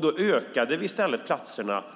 Då